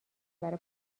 برا